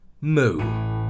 Moo